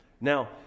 Now